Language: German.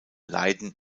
leiden